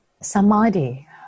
samadhi